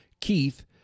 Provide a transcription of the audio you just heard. Keith